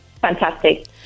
Fantastic